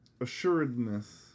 Assuredness